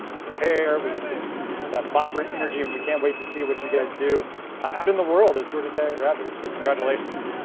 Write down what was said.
and as a pair, we get to see some of that vibrant energy and we can't wait to see what you guys do in the world as georgia tech graduates, so congratulations.